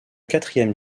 quatrième